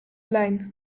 lijn